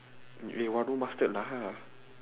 eh !wah! don't bastard lah